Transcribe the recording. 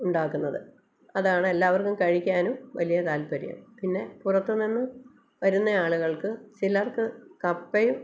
ഉണ്ടാക്കുന്നത് അതാണ് എല്ലാവർക്കും കഴിക്കാനും വലിയ തല്പര്യം പിന്നെ പുറത്ത് നിന്ന് വരുന്ന ആള്കൾക്ക് ചിലർക്ക് കപ്പയും